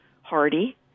hardy